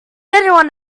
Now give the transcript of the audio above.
anyone